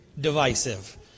divisive